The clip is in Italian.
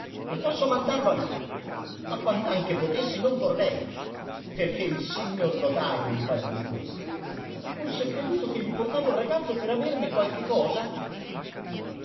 non posso mandarlo a napoli ma quand'anche potessi non vorrei perché il signor notajo mi fa dir questo ha forse creduto che gli portavo il ragazzo per averne qualche cosa